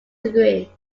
degree